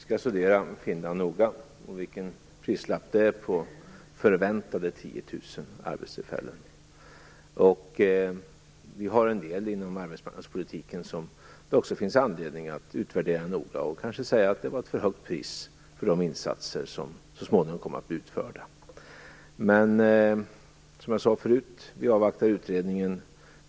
Fru talman! Vi skall studera Finland noga och se vilken prislappen är på förväntade 10 000 arbetstillfällen. Vi har en del saker inom arbetsmarknadspolitiken som det också finns anledning att utvärdera noga och kanske säga att priset var högt för de insatser som så småningom kom att bli utförda. Men som jag sade förut avvaktar vi utredningen.